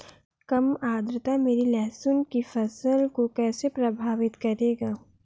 कम आर्द्रता मेरी लहसुन की फसल को कैसे प्रभावित करेगा?